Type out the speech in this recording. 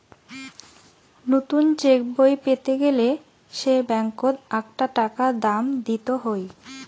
নতুন চেকবই পেতে গেলে সে ব্যাঙ্কত আকটা টাকা দাম দিত হই